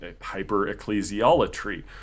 hyper-ecclesiolatry